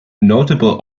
notable